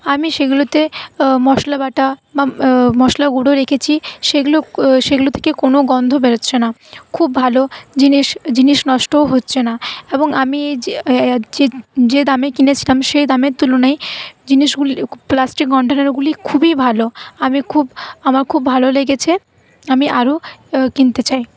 আমি সেগুলোতে মসলা বাটা বা মশলা গুঁড়ো রেখেছি সেগুলো সেগুলো থেকে কোনো গন্ধ বেরোচ্ছে না খুব ভালো জিনিস জিনিস নষ্টও হচ্ছে না এবং আমি যে যে দামে কিনেছিলাম সেই দামের তুলনায় জিনিসগুলি প্লাস্টিক কন্টেনারগুলি খুবই ভালো আমি খুব আমার খুব ভালো লেগেছে আমি আরও কিনতে চাই